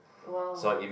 it will